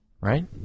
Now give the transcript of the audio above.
right